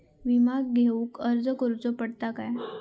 विमा घेउक अर्ज करुचो पडता काय?